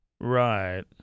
Right